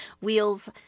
wheels